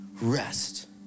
rest